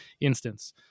instance